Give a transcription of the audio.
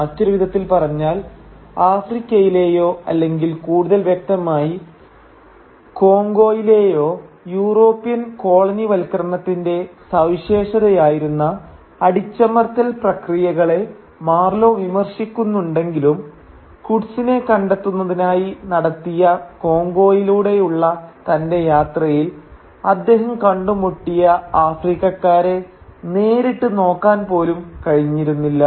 മറ്റൊരു വിധത്തിൽ പറഞ്ഞാൽ ആഫ്രിക്കയിലെയോ അല്ലെങ്കിൽ കൂടുതൽ വ്യക്തമായി കോംഗോയിലെയോ യൂറോപ്യൻ കോളനിവൽക്കരണത്തിന്റെ സവിശേഷതയായിരുന്ന അടിച്ചമർത്തൽ പ്രക്രിയകളെ മാർലോ വിമർശിക്കുന്നുണ്ടെങ്കിലും കുർട്സിനെ കണ്ടെത്തുന്നതിനായി നടത്തിയ കൊങ്കോയിലൂടെയുള്ള തന്റെ യാത്രയിൽ അദ്ദേഹം കണ്ടുമുട്ടിയ ആഫ്രിക്കക്കാരെ നേരിട്ട് നോക്കാൻ പോലും കഴിഞ്ഞിരുന്നില്ല